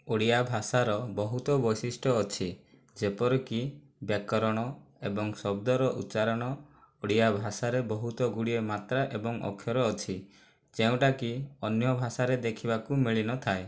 ଓଡ଼ିଆ ଭାଷାର ବହୁତ ବୈଶିଷ୍ଟ ଅଛି ଯେପରିକି ବ୍ୟାକରଣ ଏବଂ ଶବ୍ଦର ଉଚ୍ଚାରଣ ଓଡ଼ିଆ ଭାଷାରେ ବହୁତ ଗୁଡ଼ିଏ ମାତ୍ରା ଏବଂ ଅକ୍ଷର ଅଛି ଯେଉଁଟାକି ଅନ୍ୟ ଭାଷାରେ ଦେଖିବାକୁ ମିଳିନଥାଏ